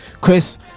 Chris